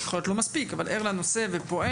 יכול להיות לא מספיק אבל ער לנושא ופועל.